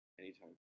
anytime